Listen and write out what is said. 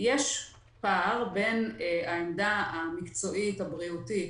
יש פער בין העמדה המקצועית הבריאותית